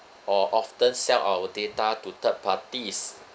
or often sell our data to third parties